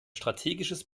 strategisches